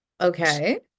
Okay